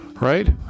right